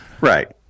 right